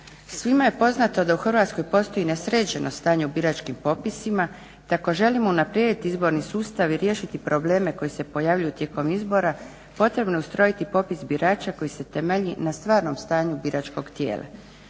Svima je poznato da u Hrvatskoj postoji nesređeno u biračkim popisima, te ako želimo unaprijediti izborni sustav i riješiti probleme koji se pojavljuju tijekom izbora potrebno je ustrojiti popis birača koji se temelji na stvarnom stanju biračkog tijela.